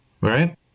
right